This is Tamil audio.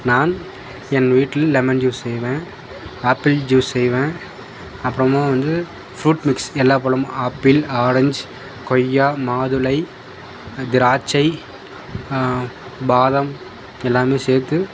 நான் என் வீட்டில் லெமன் ஜூஸ் செய்வேன் ஆப்பிள் ஜூஸ் செய்வேன் அப்புறமா வந்து ஃப்ரூட் மிக்ஸ் எல்லா பழமும் ஆப்பிள் ஆரஞ்ச் கொய்யா மாதுளை திராட்ச்சை பாதாம் எல்லாம் சேர்த்து